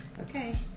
Okay